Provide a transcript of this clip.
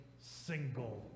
single